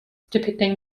depicting